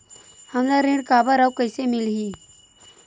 हमला ऋण काबर अउ कइसे मिलही?